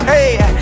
Hey